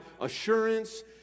assurance